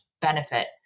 benefit